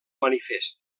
manifest